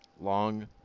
Long